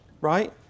right